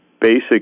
basic